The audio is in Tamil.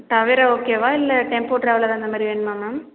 தவேரா ஓகேவா இல்லை டெம்போ ட்ராவலர் அது அந்த மாதிரி வேணுமா மேம்